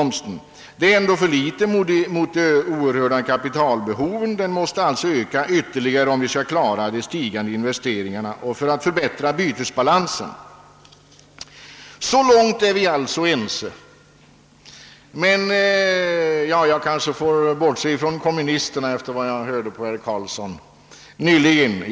Men det är ändå för litet med hänsyn till det oerhörda <kapitalbehovet. Sparandet måste öka ytterligare, om vi skall kunna klara de stigande investeringarna och förbättra bytesbalansen. Så långt är vi alla ense — jag kanske får bortse från kommunisterna efter vad jag hörde av herr Karlssons i Huddinge anförande.